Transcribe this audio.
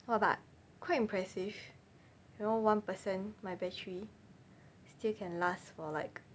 !wah! but quite impressive you know one percent my battery still can last for like